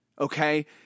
Okay